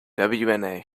wna